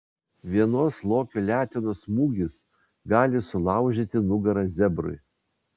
vienos lokio letenos smūgis gali sulaužyti nugarą zebrui